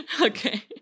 Okay